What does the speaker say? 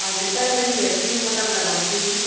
हजुर तर पनि म हेर्छु नि म तपाईँलाई भन्छु नि